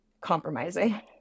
compromising